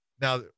Now